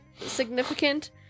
significant